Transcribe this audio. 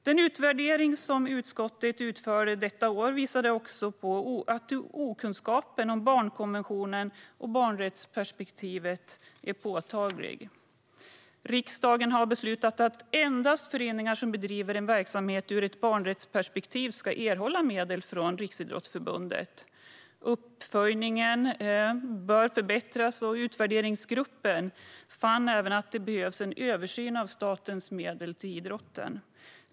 Den utvärdering som utskottet gjorde detta år visade också att okunskapen om barnkonventionen och barnrättsperspektivet är påtaglig. Riksdagen har beslutat att endast föreningar som bedriver en verksamhet ur ett barnrättsperspektiv ska erhålla medel från Riksidrottsförbundet. Uppföljningen bör förbättras, och utvärderingsgruppen fann även att det behövs en översyn av statens medel till idrotten.